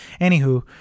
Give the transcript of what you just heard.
Anywho